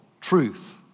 truth